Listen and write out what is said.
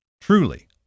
Truly